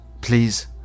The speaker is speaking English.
Please